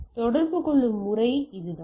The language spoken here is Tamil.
எனவே தொடர்பு கொள்ளும் முறை இதுதான்